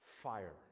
fire